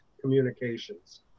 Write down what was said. communications